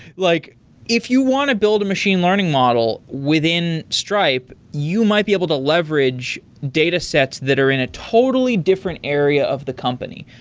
like if you want to build a machine learning model within stripe, you might be able to leverage datasets that are in a totally different area of the company.